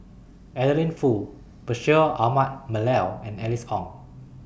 Adeline Foo Bashir Ahmad Mallal and Alice Ong